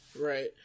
Right